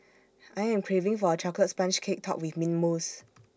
I am craving for A Chocolate Sponge Cake Topped with Mint Mousse